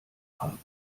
haben